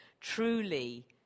truly